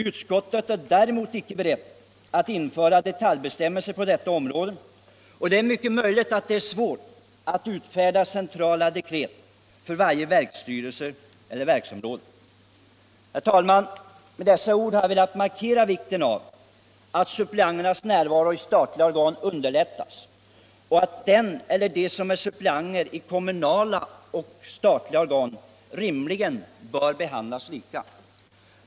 Utskottet är däremot icke berett att förorda införandet av detaljbestämmelser på detta område, och det är mycket möjligt att det är svårt att utfärda centrala dekret för varje verksstyrelse eller verksområde. Herr talman! Med dessa ord har jag velat markera vikten av att suppleanternas närvaro i statliga organ underlättas och att de som är suppleanter i kommunala och statliga organ behandlas lika.